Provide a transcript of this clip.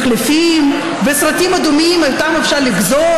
מחלפים וסרטים אדומים שאותם אפשר לגזור